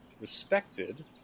respected